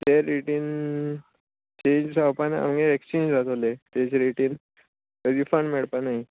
ते रेटीन चेंज जावपा ना आमगे एक्सचेंज जातोलें तेच रेटीन रिफंड मेळपानाय